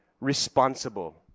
responsible